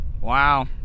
Wow